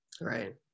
Right